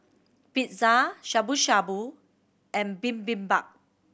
Pizza Shabu Shabu and Bibimbap